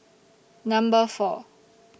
Number four